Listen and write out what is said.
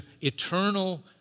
eternal